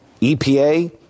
EPA